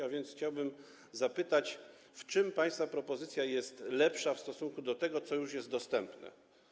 A więc chciałbym zapytać, w czym państwa propozycja jest lepsza od tego, co już jest dostępne.